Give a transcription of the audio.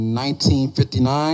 1959